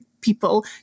people